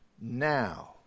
now